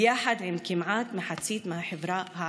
ביחד עם כמעט מחצית מהחברה הערבית.